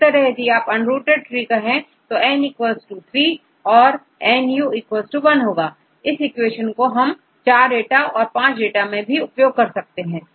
इस तरह यदि आप अनरूटेड ट्री कहें तो n 3 तोN u 1 होगा इस इक्वेशन को हम 4 डेटा और5 डेटा मे भी उपयोग कर सकते हैं